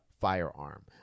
firearm